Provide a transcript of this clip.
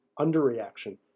underreaction